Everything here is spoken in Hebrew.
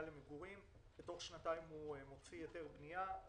למגורים ותוך שנתיים מוציא היתר בנייה,